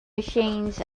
machines